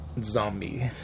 Zombie